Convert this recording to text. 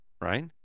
right